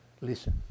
listen